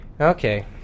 Okay